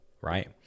right